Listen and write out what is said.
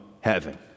heaven